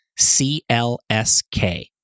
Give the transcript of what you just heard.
CLSK